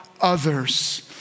others